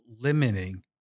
limiting